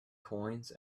coins